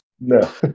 No